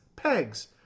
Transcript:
pegs